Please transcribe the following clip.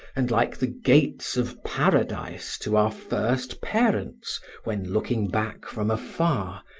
and, like the gates of paradise to our first parents when looking back from afar,